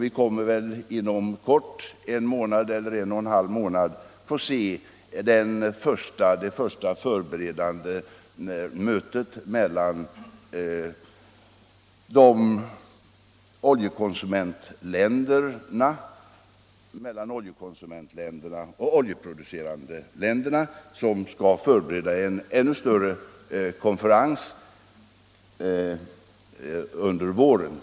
Inom kort —- om en månad eller en och en halv månad - kommer väl det första förberedande mötet att hållas mellan oljekonsumentländerna och de oljeproducerande länderna, varvid man skall förbereda en ännu större konferens under våren.